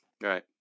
Right